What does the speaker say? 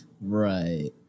Right